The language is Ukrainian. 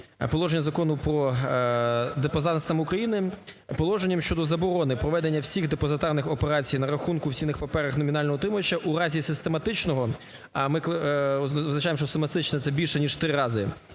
положення Закону про депозитарну систему України положенням щодо заборони проведення всіх депозитарних операцій на рахунку в цінних паперах номінального утримувача у разі систематичного, а ми визначаємо, що систематичне це більше ніж в три рази,